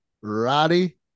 Roddy